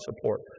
support